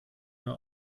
nur